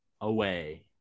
away